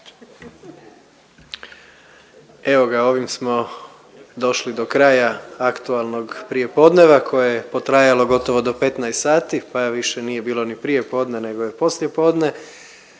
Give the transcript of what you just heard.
Evo ga ovim smo došli do kraja aktualnog prijepodnevna koje je potrajalo gotovo do 15,00 sati pa više nije bilo ni prijepodne, nego je poslijepodne.